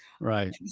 Right